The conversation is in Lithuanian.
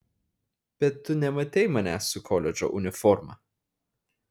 bet tu nematei manęs su koledžo uniforma